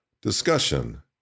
Discussion